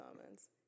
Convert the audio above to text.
comments